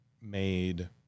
made